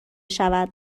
شود